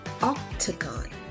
octagon